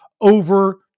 over